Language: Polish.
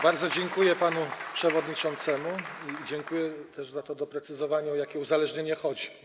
Bardzo dziękuję panu przewodniczącemu i dziękuję też za to doprecyzowanie, o jakie uzależnienie chodzi.